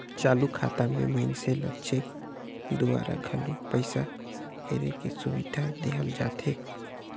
चालू खाता मे मइनसे ल चेक दूवारा घलो पइसा हेरे के सुबिधा देहल जाथे